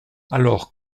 alors